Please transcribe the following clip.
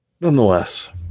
nonetheless